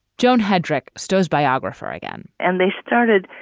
joan headrick, stow's biographer again, and they started